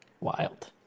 Wild